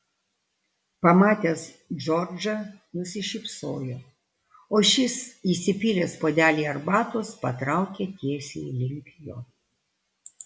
pamatęs džordžą nusišypsojo o šis įsipylęs puodelį arbatos patraukė tiesiai link jo